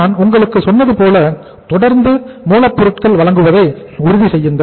நான் உங்களுக்கு சொன்னது போல தொடர்ந்து மூலப்பொருட்கள் வழங்குவதை உறுதி செய்யுங்கள்